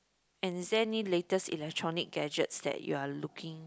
and is there any latest electronic gadgets that you're looking